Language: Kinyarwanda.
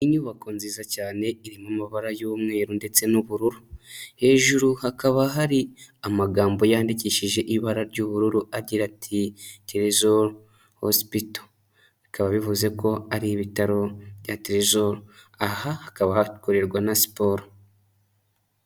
Inyubako nziza cyane iri mu mabara y'umweru ndetse n'ubururu. Hejuru hakaba hari amagambo yandikishije ibara ry'ubururu agira ati: ''Tresor hospital.'' Bikaba bivuze ko ari ibitaro bya tresor. Aha hakaba hakorerwa na siporo.